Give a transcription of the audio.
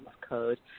Code